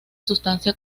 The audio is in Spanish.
sustancia